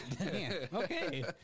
okay